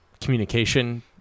communication